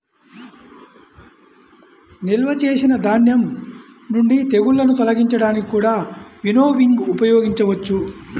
నిల్వ చేసిన ధాన్యం నుండి తెగుళ్ళను తొలగించడానికి కూడా వినోవింగ్ ఉపయోగించవచ్చు